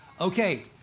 Okay